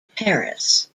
paris